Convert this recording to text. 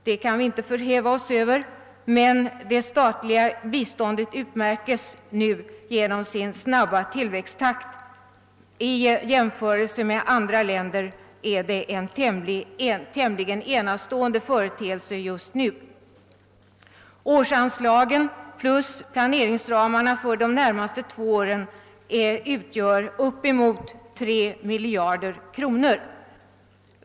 Det kan vi inte förhäva oss över, men det statliga biståndet utmärks nu av sin snabba tillväxttakt. I jämförelse med andra länder är den en tämligen enastående företeelse just nu. Årsanslagen plus prioriteringsramarna för de närmaste två åren utgör upp emot 3 miljarder kronor.